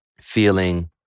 feeling